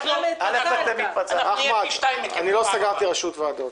לא סגרתי ראשות ועדות.